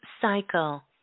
cycle